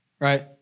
right